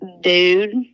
dude